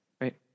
right